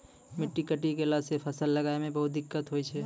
मिट्टी कटी गेला सॅ फसल लगाय मॅ बहुते दिक्कत होय छै